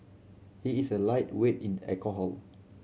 he is a lightweight in alcohol